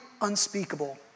unspeakable